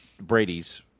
Brady's